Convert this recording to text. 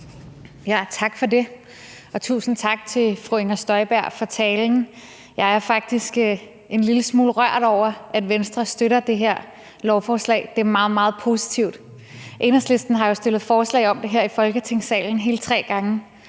Tak for det, og tusind tak til fru Inger Støjberg for talen. Jeg er faktisk en lille smule rørt over, at Venstre støtter det her lovforslag. Det er meget, meget positivt. Enhedslisten har fremsat forslag om det her i Folketingssalen hele tre gange,